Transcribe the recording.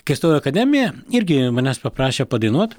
kai stojau į akademiją irgi manęs paprašė padainuot